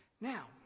Now